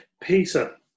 Peter